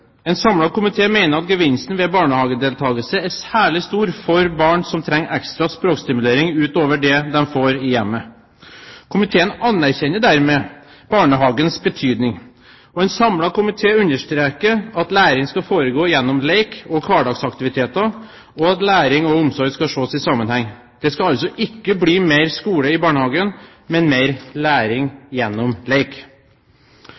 En samlet komité mener at gevinsten ved barnehagedeltakelse er særlig stor for barn som trenger ekstra språkstimulering utover det de får i hjemmet. Komiteen anerkjenner dermed barnehagens betydning. En samlet komité understreker at læring skal foregå gjennom lek og hverdagsaktiviteter, og at læring og omsorg skal ses i sammenheng. Det skal altså ikke bli mer skole i barnehagen, men mer